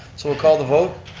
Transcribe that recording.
so we'll call the vote.